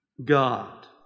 God